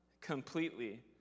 completely